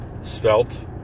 Svelte